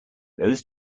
those